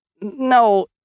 No